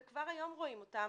וכבר היום רואים אותם,